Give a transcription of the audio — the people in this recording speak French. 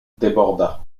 déborda